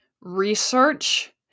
research